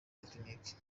tekiniki